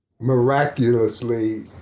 miraculously